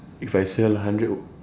if I sell hundred